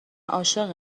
عاشق